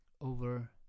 over